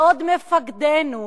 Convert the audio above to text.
בעוד מפקדינו,